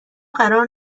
قرار